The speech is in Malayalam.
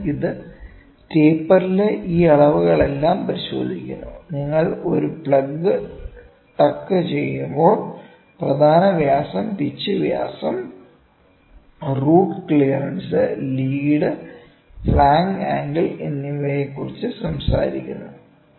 അതിനാൽ ഇത് ടേപ്പറിലെ ഈ അളവുകളെല്ലാം പരിശോധിക്കുന്നു നിങ്ങൾ ഒരു പ്ലഗ് ടക്ക് ചെയ്യുമ്പോൾ പ്രധാന വ്യാസം പിച്ച് വ്യാസം root clearance lead flank angle എന്നിവയെക്കുറിച്ച് സംസാരിക്കുന്നു